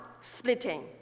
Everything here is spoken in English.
splitting